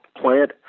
Plant